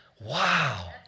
Wow